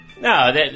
No